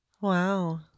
Wow